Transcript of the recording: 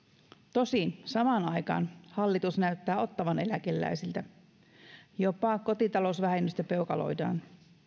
tosin samaan aikaan hallitus näyttää ottavan eläkeläisiltä jopa kotitalousvähennystä peukaloidaan